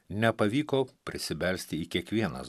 nepavyko prisibelsti į kiekvienas